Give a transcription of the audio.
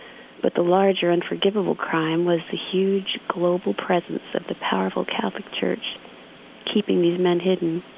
but the larger unforgivable crime was the huge global presence of the powerful catholic church keeping these men hidden,